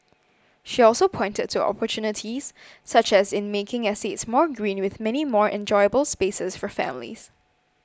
she also pointed to opportunities such as in making estates more green with many more enjoyable spaces for families